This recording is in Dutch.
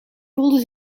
voelde